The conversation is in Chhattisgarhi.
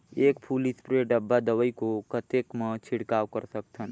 एक फुल स्प्रे डब्बा दवाई को कतेक म छिड़काव कर सकथन?